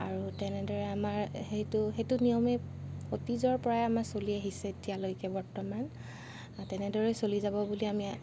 আৰু তেনেদৰে আমাৰ সেইটো সেইটো নিয়মেই অতীজৰ পৰাই আমাৰ চলি আহিছে এতিয়ালৈকে বৰ্তমান তেনেদৰেই চলি যাব বুলি আমি